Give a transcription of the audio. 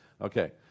okay